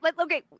Okay